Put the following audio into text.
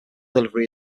delivery